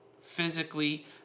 physically